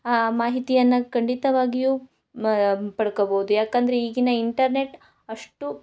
ಆ ಮಾಹಿತಿಯನ್ನು ಖಂಡಿತವಾಗಿಯೂ ಮ ಪಡ್ಕೋಬೋದು ಯಾಕಂದ್ರೆ ಈಗಿನ ಇಂಟರ್ನೆಟ್ ಅಷ್ಟು